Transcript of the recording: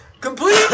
Complete